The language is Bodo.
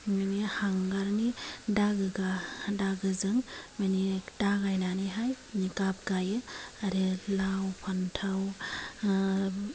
माने हांगारनि दागोगा दागोजों माने दागायनानैहाय गाब गायो आरो लाव फान्थाव